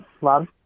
love